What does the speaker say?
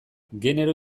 genero